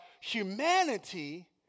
humanity